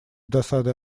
досадой